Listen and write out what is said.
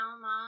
Mom